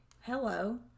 hello